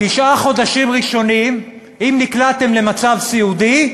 תשעה חודשים ראשונים, אם נקלעתם למצב סיעודי,